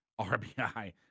RBI